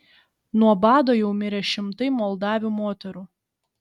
nuo bado jau mirė šimtai moldavių moterų